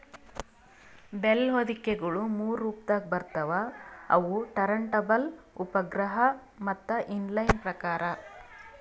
bale ಹೊದಿಕೆಗೊಳ ಮೂರು ರೊಪದಾಗ್ ಬರ್ತವ್ ಅವು ಟರಂಟಬಲ್, ಉಪಗ್ರಹ ಮತ್ತ ಇನ್ ಲೈನ್ ಪ್ರಕಾರ್